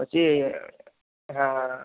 বলছি হ্যাঁ